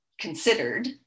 considered